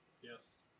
Yes